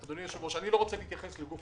קדמו לך אנשי המשרד לביטחון פנים,